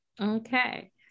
Okay